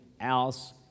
else